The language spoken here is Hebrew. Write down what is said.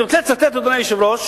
אני רוצה לצטט, אדוני היושב-ראש,